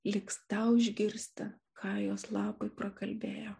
liks tau išgirsti ką jos labui prakalbėjo